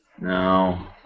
No